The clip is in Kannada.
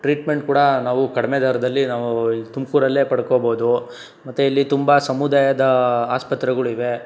ಟ್ರೀಟ್ಮೆಂಟ್ ಕೂಡ ನಾವು ಕಡಿಮೆ ದರದಲ್ಲಿ ನಾವು ತುಮಕೂರಲ್ಲೇ ಪಡ್ಕೋಬೋದು ಮತ್ತೆ ಇಲ್ಲಿ ತುಂಬ ಸಮುದಾಯದ ಆಸ್ಪತ್ರೆಗಳಿವೆ